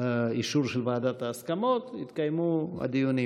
אישור של ועדת ההסכמות, יתקיימו הדיונים.